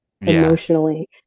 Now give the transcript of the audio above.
emotionally